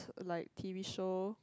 like T_V show